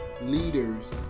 leaders